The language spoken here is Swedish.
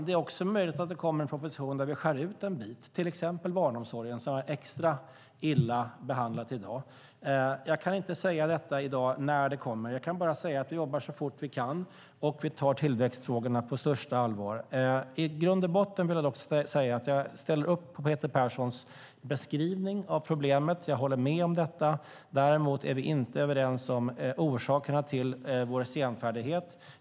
Det är också möjligt att det kommer en proposition där vi skär ut en bit, till exempel barnomsorgen som är extra illa behandlad i dag. Jag kan i dag inte säga när detta kommer; jag kan bara säga att vi jobbar så fort vi kan och att vi tar tillväxtfrågorna på största allvar. I grund och botten vill jag dock säga att jag ställer upp på Peter Perssons beskrivning av problemet. Jag håller med om detta. Däremot är vi inte överens om orsakerna till vår senfärdighet.